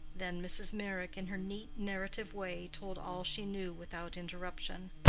then mrs. meyrick, in her neat, narrative way, told all she knew without interruption.